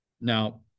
Now